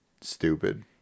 Stupid